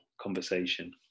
conversation